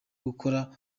gukora